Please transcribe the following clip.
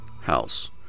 house